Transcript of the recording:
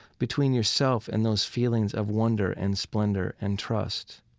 between yourself and those feelings of wonder and splendor and trust.